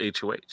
HOH